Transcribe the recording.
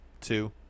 two